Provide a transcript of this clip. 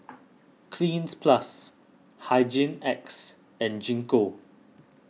Cleanz Plus Hygin X and Gingko